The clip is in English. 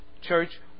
Church